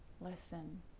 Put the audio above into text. listen